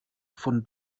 von